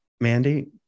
Mandy